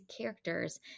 characters